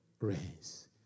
reigns